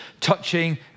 touching